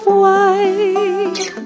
white